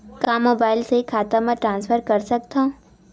का मोबाइल से खाता म ट्रान्सफर कर सकथव?